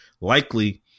likely